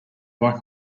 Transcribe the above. bike